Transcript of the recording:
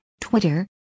Twitter